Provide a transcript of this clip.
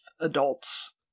adults